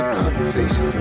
conversation